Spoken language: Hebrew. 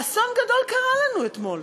אסון גדול קרה לנו אתמול.